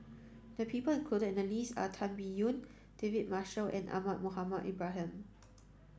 the people included in the list are Tan Biyun David Marshall and Ahmad Mohamed Ibrahim